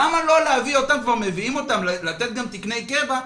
למה לא לתת כבר תקני קבע?